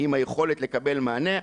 עם היכולת לקבל מענה,